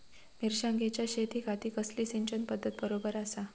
मिर्षागेंच्या शेतीखाती कसली सिंचन पध्दत बरोबर आसा?